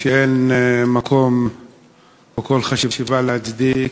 שאין מקום או כל חשיבה להצדיק.